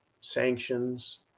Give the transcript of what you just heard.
sanctions